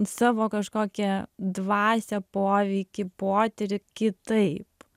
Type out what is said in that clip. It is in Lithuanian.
savo kažkokią dvasią poveikį potyrį kitaip